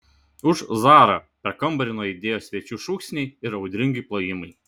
už zarą per kambarį nuaidėjo svečių šūksniai ir audringi plojimai